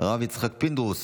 הרב יצחק פינדרוס,